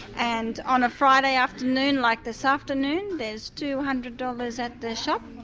and on a friday afternoon like this afternoon, there's two hundred dollars at the shop,